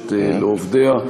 רוחשת לעובדיה,